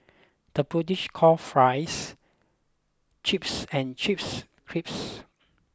the British call fries chips and chips crips